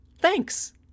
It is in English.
thanks